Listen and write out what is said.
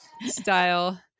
style